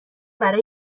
برای